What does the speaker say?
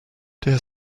dear